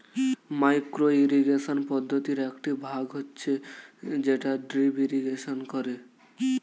micro irrigation পদ্ধতির একটি ভাগ হচ্ছে যেটা ড্রিপ ইরিগেশন করে